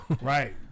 Right